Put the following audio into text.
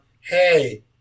hey